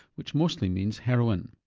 which mostly means heroin.